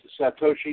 Satoshi